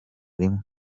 rimwe